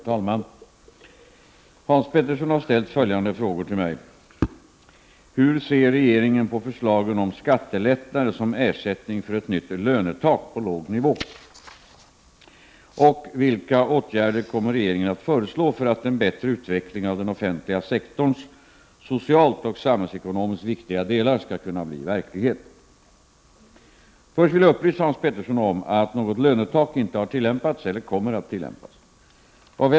Herr talman! Hans Petersson har ställt följande frågor till mig: 1. Hur ser regeringen på förslagen om skattelättnader som ”ersättning” för ett nytt lönetak på låg nivå? 2. Vilka åtgärder kommer regeringen att föreslå för att en bättre utveckling av den offentliga sektorns socialt och samhällsekonomiskt viktiga delar skall kunna bli verklighet? Först vill jag upplysa Hans Petersson om att något lönetak inte har tillämpats eller kommer att tillämpas.